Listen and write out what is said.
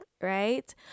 right